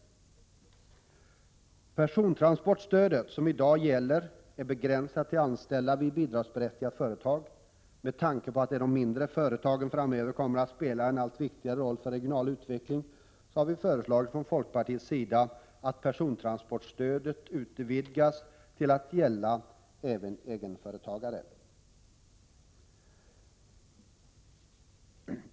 Det persontransportstöd som i dag gäller är begränsat till anställda vid bidragsberättigat företag. Med tanke på att de mindre företagen framöver kommer att spela en allt viktigare roll för regional utveckling har vi från folkpartiets sida föreslagit att persontransportstödet utvidgas till att även gälla egenföretagare.